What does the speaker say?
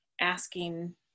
asking